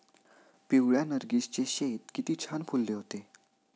पिवळ्या नर्गिसचे शेत किती छान फुलले होते